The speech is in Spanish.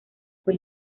fue